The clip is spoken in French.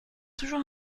toujours